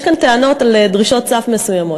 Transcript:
יש כאן טענות על דרישות סף מסוימות.